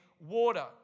water